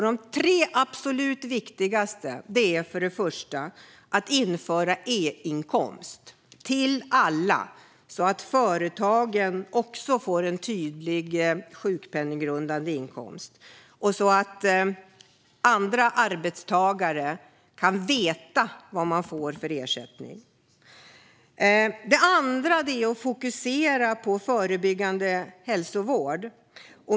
De tre absolut viktigaste är följande: Den första är införandet av e-inkomst till alla så att företagare också får en tydlig sjukpenninggrundande inkomst och att andra arbetstagare kan veta vad de får för ersättning. Den andra är att fokusera på förebyggande hälsovård.